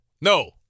No